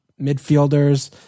midfielders